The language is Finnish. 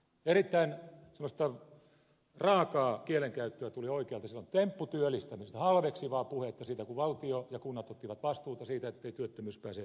sellaista erittäin raakaa kielenkäyttöä tuli oikealta silloin tempputyöllistämisestä halveksivaa puhetta siitä kun valtio ja kunnat ottivat vastuuta siitä ettei työttömyys pääse pitkittymään